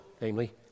Namely